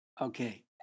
okay